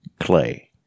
Clay